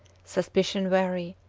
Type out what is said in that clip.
suspicion wary,